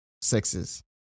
sexes